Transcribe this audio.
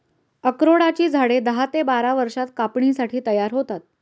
अक्रोडाची झाडे दहा ते बारा वर्षांत कापणीसाठी तयार होतात